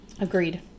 Agreed